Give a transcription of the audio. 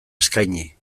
eskaini